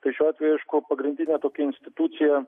tai šiuo atveju aišku pagrindinė tokia institucija